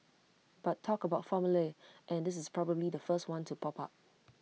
but talk about formulae and this is probably the first one to pop up